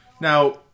Now